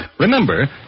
Remember